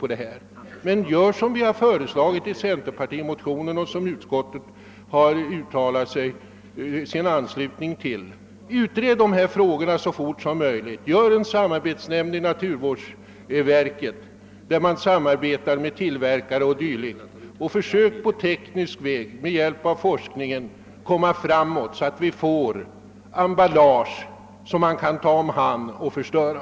Gör i stället som vi föreslagit i centerpartimotionen och som utskottet uttalat sin anslutning till: Utred de här frågorna så fort som möjligt, tillsätt en samarbetsnämnd med företrädare för naturvårdsverket, emballagetillverkarna osv. och försök på teknisk väg med hjälp av forskning få fram ett emballage som inte utgör en miljöfara. Då är tiden inne att förbjuda engångsglasen och ölburkarna.